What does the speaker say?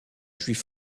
juif